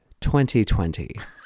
2020